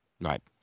right